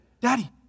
daddy